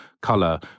color